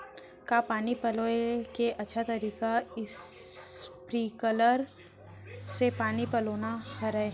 का पानी पलोय के अच्छा तरीका स्प्रिंगकलर से पानी पलोना हरय?